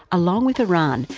along with iran,